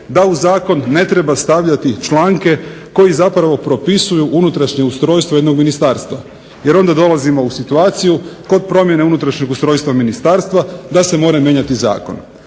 da u zakon ne treba stavljati članke koji zapravo propisuju unutrašnje ustrojstvo jednog ministarstva jer onda dolazimo u situaciju kod promjene unutrašnjeg ustrojstva ministarstva da se mora mijenjati zakon.